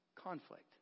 conflict